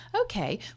Okay